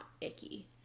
icky